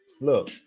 Look